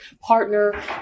partner